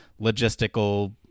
logistical